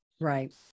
Right